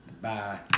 Bye